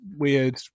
weird